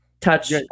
touch